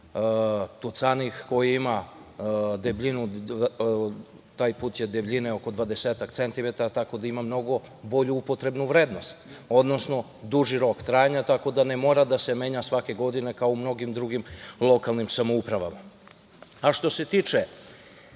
sitni kamen, tucanik. Taj put je debljine oko 20-ak centimetara, tako da ima mnogo bolju upotrebnu vrednost, odnosno duži rok trajanja, pa tako ne mora da se menja svake godine, kao u mnogim drugim lokalnim samoupravama. Što se tiče